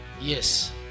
yes